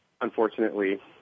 unfortunately